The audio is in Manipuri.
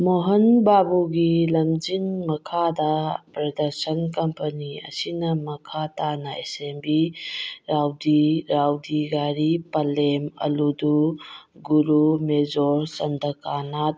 ꯃꯣꯍꯟ ꯕꯥꯕꯨꯒꯤ ꯂꯝꯖꯤꯡ ꯃꯈꯥꯗ ꯄ꯭ꯔꯗꯛꯁꯟ ꯀꯝꯄꯅꯤ ꯑꯁꯤꯅ ꯃꯈꯥ ꯇꯥꯅ ꯑꯦꯁꯦꯝꯕ꯭ꯂꯤ ꯔꯥꯎꯗꯤ ꯔꯥꯎꯗꯤ ꯒꯥꯔꯤ ꯄꯥꯂꯦꯝ ꯑꯂꯨꯗꯨ ꯒꯨꯔꯨ ꯃꯦꯖꯣꯔ ꯆꯟꯗ꯭ꯔꯀꯥꯅꯥꯠ